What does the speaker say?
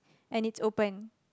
and it's open